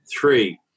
Three